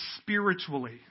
spiritually